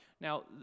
Now